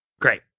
Great